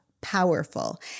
powerful